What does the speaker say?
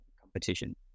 competition